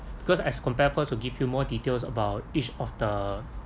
because as comparefirst will give you more details about each of the